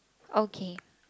okay